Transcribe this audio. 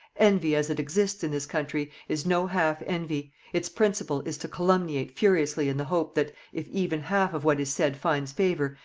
envy as it exists in this country is no half envy its principle is to calumniate furiously in the hope that if even half of what is said finds favour,